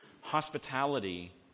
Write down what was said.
Hospitality